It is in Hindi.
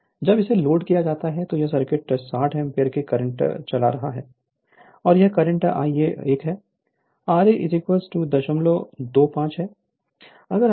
Refer Slide Time 1618 जब इसे लोड किया जाता है तो यह सर्किट 60 एम्पीयर की करंट चला रहा है और यह करंट Ia 1 है ra 025 Ω है